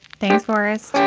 thanks for us.